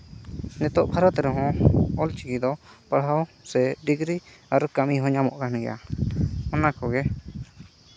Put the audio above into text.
ᱱᱤᱛᱚᱜ ᱵᱷᱟᱨᱚᱛ ᱨᱮᱦᱚᱸ ᱚᱞ ᱪᱤᱠᱤ ᱫᱚ ᱯᱟᱲᱦᱟᱣ ᱥᱮ ᱰᱤᱜᱽᱨᱤ ᱟᱨ ᱠᱟᱹᱢᱤ ᱦᱚᱸ ᱧᱟᱢᱚᱜ ᱠᱟᱱᱜᱮᱭᱟ ᱚᱱᱟ ᱠᱚᱜᱮ